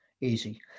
easy